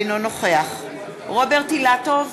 אינו נוכח רוברט אילטוב,